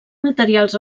materials